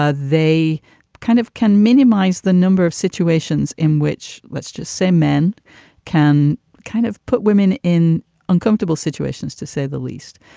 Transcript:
ah they kind of can minimize the number of situations in which, let's just say men can kind of put women in uncomfortable situations, to say the least.